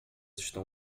estão